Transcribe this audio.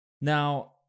Now